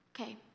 Okay